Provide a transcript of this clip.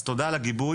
אז תודה על הגיבוי,